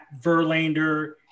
Verlander